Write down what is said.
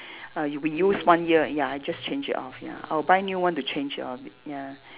ah you reuse one year ya I just change it off ya I'll buy new one to change off it ya